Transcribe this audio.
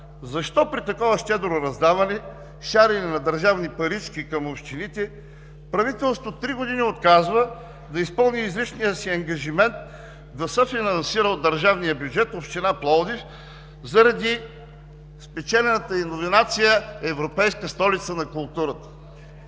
защо при толкова щедро раздаване, шарене на държавни парички към общините правителството три години отказва да изпълни изричния си ангажимент да съфинансира от държавния бюджет община Пловдив заради спечелената й номинация „Европейска столица на културата